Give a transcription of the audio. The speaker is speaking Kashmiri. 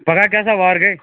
پَگاہ کیٛاہ سا وار گٔے